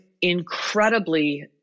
incredibly